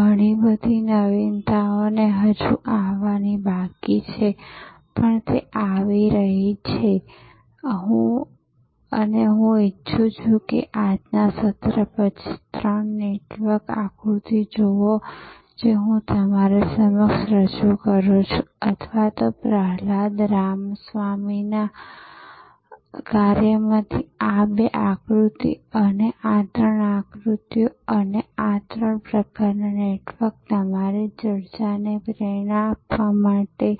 ઘણી બધી નવીનતાઓ હજુ આવવાની બાકી છે પણ તે આવી રહી છે અને હું ઈચ્છું છું કે તમે આજના સત્ર પછી તે ત્રણ નેટવર્ક આકૃતિ જુઓ જે હું તમારી સમક્ષ રજૂ કરું છું અથવા તો પ્રહલાદ રામાસ્વામીના કાર્યમાંથી આ બે આકૃતિ અને આ ત્રણ આકૃતિઓ અને આ ત્રણ પ્રકારના નેટવર્ક તમારી ચર્ચાને પ્રેરણા આપવા માટે